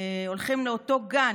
הולכים לאותו גן.